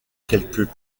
quelques